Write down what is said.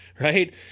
right